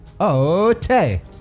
Okay